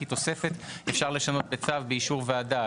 כי אפשר לשנות תוספת בצו באישור ועדה.